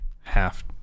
half